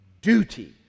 Duty